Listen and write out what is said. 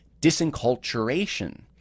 disenculturation